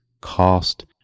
cost